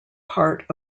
part